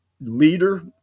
leader